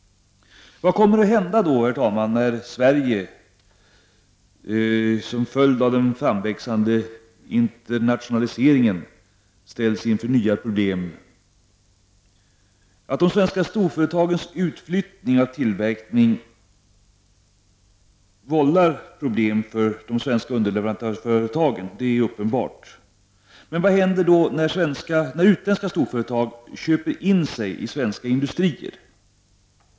Herr talman! Vad kommer då att hända när Sverige, som följd av den framväxande internationaliseringen, ställs inför nya problem? Att de svenska storföretagens utflyttning av tillverkning vållar problem för de svenska underleverantörsföretagen är uppenbart. Men vad händer när utländska storföretag köper in sig i svenska industrier?